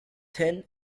thin